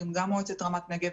גם מועצת רמת נגב.